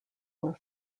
were